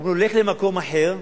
הוא הולך למקום אחר.